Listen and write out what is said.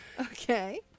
Okay